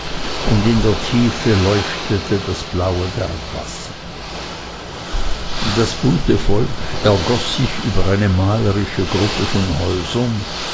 und in der tiefe leuchtete das blaue bergwasser das bunte volk ergoß sich über eine malerische gruppe von häusern